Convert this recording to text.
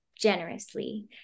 generously